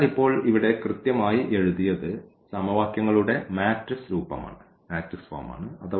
അതിനാൽ ഇപ്പോൾ ഇവിടെ കൃത്യമായി എഴുതിയത് സമവാക്യങ്ങളുടെ മാട്രിക്സ് രൂപമാണ്